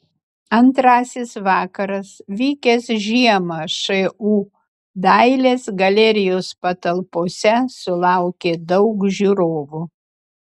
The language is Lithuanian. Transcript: antrasis vakaras vykęs žiemą šu dailės galerijos patalpose sulaukė daug žiūrovų